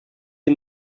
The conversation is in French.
est